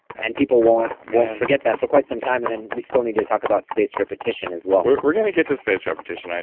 and people won't forget that for quite some time, and then we still need to talk about space repetition as well we're we're going to get to space repetition,